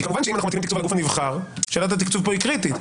מכיוון שאם אנחנו מדברים על גוף נבחר שאלת התקצוב פה היא קריטית.